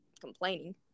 complaining